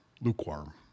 lukewarm